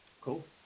Cool